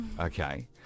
okay